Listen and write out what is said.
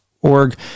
org